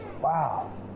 Wow